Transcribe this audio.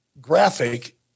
graphic